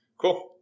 Cool